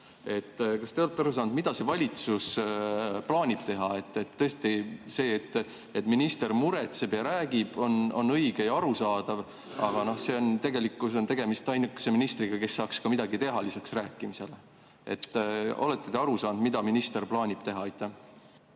Kas te olete aru saanud, mida see valitsus plaanib teha? Tõesti see, et minister muretseb ja räägib, on õige ja arusaadav. Aga tegelikult on tegemist ainukese ministriga, kes saaks ka midagi teha lisaks rääkimisele. Olete te aru saanud, mida minister plaanib teha? Aitäh!